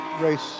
race